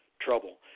trouble